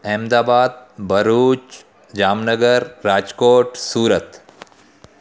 Ahmedabad Bharuch Jamnagar Rajkot Surat